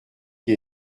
qui